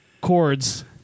chords